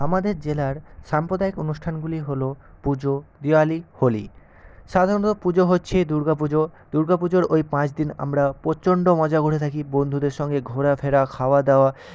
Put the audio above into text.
আমাদের জেলার সাম্প্রদায়িক অনুষ্ঠানগুলি হলো পুজো দেওয়ালি হোলি সাধারণত পুজো হচ্ছে দুর্গা পুজো দুর্গা পুজোর ওই পাঁচদিন আমরা প্রচণ্ড মজা করে থাকি বন্ধুদের সঙ্গে ঘোরাফেরা খাওয়াদাওয়া